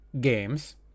games